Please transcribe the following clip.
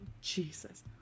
jesus